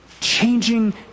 changing